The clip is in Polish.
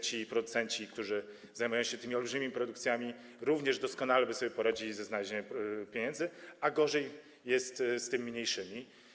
Ci producenci, którzy zajmują się tymi olbrzymimi produkcjami, również doskonale by sobie poradzili ze znalezieniem pieniędzy, ale gorzej jest z tymi mniejszymi.